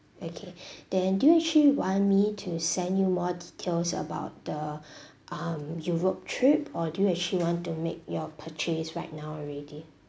okay then do you actually want me to send you more details about the um europe trip or do you actually want to make your purchase right now already